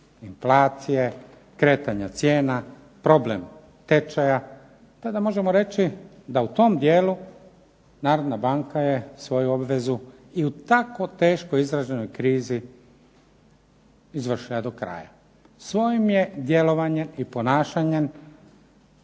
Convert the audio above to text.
inflacije, kretanja cijena, problem tečaja, tada možemo reći da u tom dijelu Narodna banka je svoju obvezu i u tako teško izraženoj krizi izvršila do kraja. Svojim je djelovanjem i ponašanjem